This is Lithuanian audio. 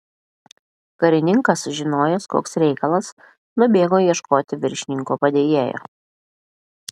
karininkas sužinojęs koks reikalas nubėgo ieškoti viršininko padėjėjo